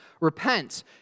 repent